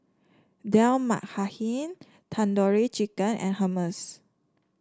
Dal Makhani Tandoori Chicken and Hummus